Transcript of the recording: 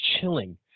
chilling